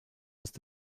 ist